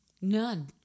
None